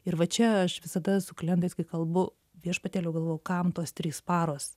ir va čia aš visada su klientais kai kalbu viešpatieliau galvojau kam tos trys paros